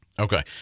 Okay